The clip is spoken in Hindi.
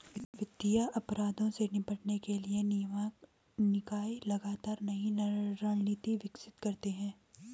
वित्तीय अपराधों से निपटने के लिए नियामक निकाय लगातार नई रणनीति विकसित करते हैं